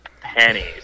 pennies